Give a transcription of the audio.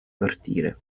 partire